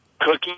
cookie